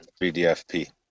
3DFP